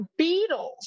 Beatles